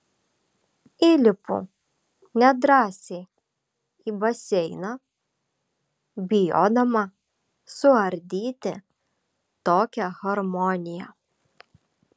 įlipu nedrąsiai į baseiną bijodama suardyti tokią harmoniją